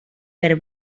per